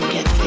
Get